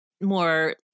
more